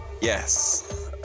Yes